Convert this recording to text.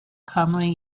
commonly